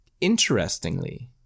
Interestingly